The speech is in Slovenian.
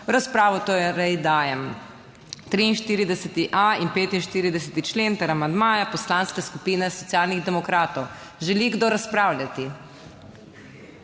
V razpravo torej dajem 43.a in 45. člen ter amandma Poslanske skupine Socialnih demokratov. Želi kdo razpravljati?